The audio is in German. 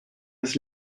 des